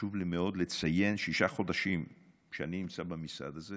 חשוב לי מאוד לציין שישה חודשים שאני נמצא במשרד הזה